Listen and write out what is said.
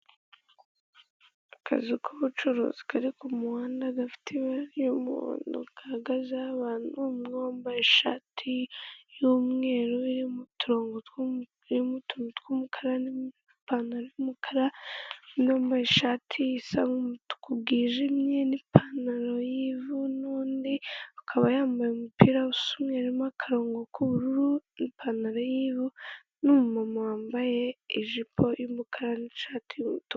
Akazu kari k'umuhanda gafite ibara ry'umuhondo hahagazeho abantu hari uwambaye ishati y'umweru irimo utuntu tw'umukara n'ipantaro y'umukara n'undi wambaye ishati isa nk'umutuku bw'ijimye n'ipantaro y'ivu, n'undi akaba yambaye umupira usa umweru urimo akarongo k'ubururu n'ipantaro y'ivu, n'umu mama wambaye ijipo y'umukara n'ishati is'umutuku.